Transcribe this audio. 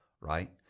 right